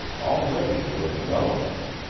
already there were developments.